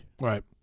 Right